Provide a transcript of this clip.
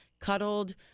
cuddled